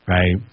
Right